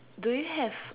do you have